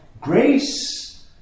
grace